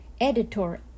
Editor